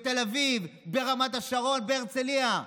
בתל אביב, ברמת השרון ובהרצליה,